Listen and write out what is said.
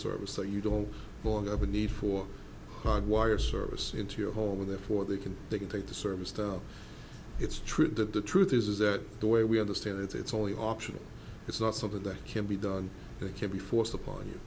service so you don't long have a need for hard wire service into your home with therefore they can they can take the service that it's true that the truth is is that the way we understand it's only optional it's not something that can be done they can be forced upon you